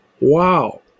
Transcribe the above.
wow